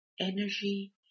energy